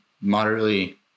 moderately